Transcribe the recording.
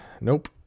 Nope